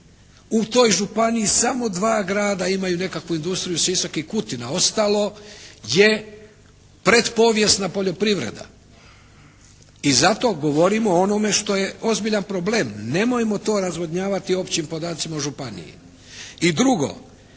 U tom županiji samo dva grada imaju nekakvu industriju Sisak i Kutina, ostalo je pretpovijesna poljoprivreda i zato govorimo o onome što je ozbiljan problem. Nemojmo to razvodnjavati općim podacima o županiji.